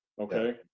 okay